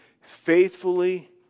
faithfully